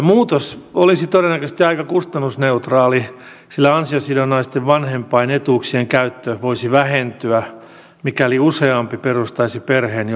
muutos olisi todennäköisesti aika kustannusneutraali sillä ansiosidonnaisten vanhempainetuuksien käyttö voisi vähentyä mikäli useampi perustaisi perheen jo opiskeluaikana